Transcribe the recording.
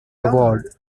award